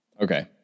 Okay